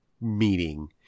meeting